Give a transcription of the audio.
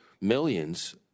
millions